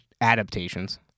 Adaptations